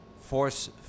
force